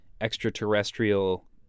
extraterrestrial